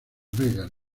vegas